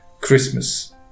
Christmas